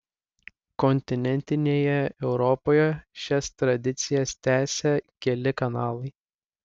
kontinentinėje europoje šias tradicijas tęsia keli kanalai